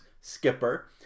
skipper